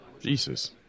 Jesus